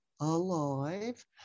Alive